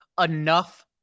enough